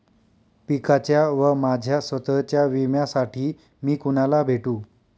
पिकाच्या व माझ्या स्वत:च्या विम्यासाठी मी कुणाला भेटू?